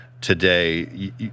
today